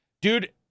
dude